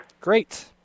Great